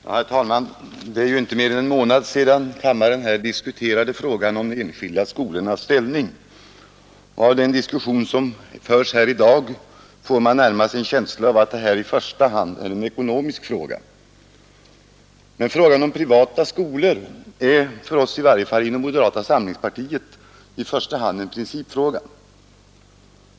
Herr talman! Det är inte mer än en månad sedan kammaren diskuterade frågan om de enskilda skolornas ställning. Av den diskussion som förs här i dag får man närmast en känsla av att detta i första hand är en ekonomisk fråga. Men frågan om privata skolor är i varje fall för oss i moderata samlingspartiet i första hand en principfråga.